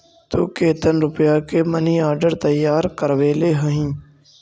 तु केतन रुपया के मनी आर्डर तैयार करवैले हहिं?